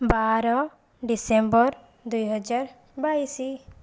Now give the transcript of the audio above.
ବାର ଡିସେମ୍ବର ଦୁଇହଜାର ବାଇଶି